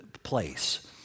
Place